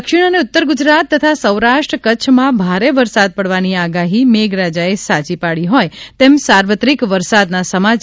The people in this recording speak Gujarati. દક્ષિણ અને ઉત્તર ગુજરાત તથા સૌરાષ્ટ્ર કચ્છમાં ભારે વરસાદ પડવાની આગાહી મેઘરાજાએ સાચી પાડી હોય તેમ સાર્વત્રિક વરસાદના સમાચાર બધેથી આવી રહ્યાં છે